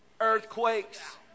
earthquakes